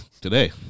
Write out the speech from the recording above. today